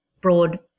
broad